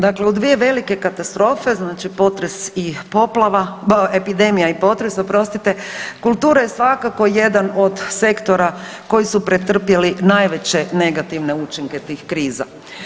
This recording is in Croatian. Dakle, u dvije velike katastrofe, znači potres i poplava, epidemija i potres oprostite, kultura je svakako jedan od sektora koji su pretrpjeli najveće negativne učinke tih kriza.